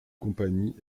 compagnie